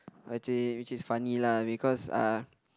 which is which is funny lah because uh